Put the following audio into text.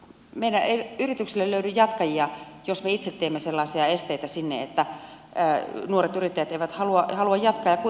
meillä ei yrityksille löydy jatkajia jos me itse teemme sellaisia esteitä sinne että nuoret yrittäjät eivät halua jatkaa